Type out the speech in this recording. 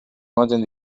ematen